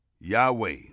yahweh